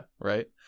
right